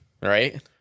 Right